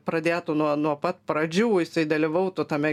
pradėtų nuo nuo pat pradžių jisai dalyvautų tame